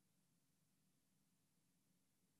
איימן